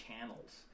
channels